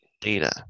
data